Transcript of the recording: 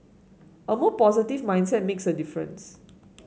a more positive mindset makes a difference